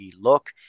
look